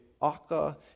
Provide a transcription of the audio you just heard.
Aka